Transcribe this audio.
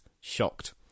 shocked